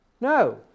No